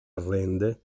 arrende